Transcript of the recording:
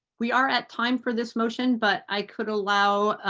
we are at time for this motion. but i could allow